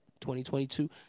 2022